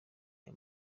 aya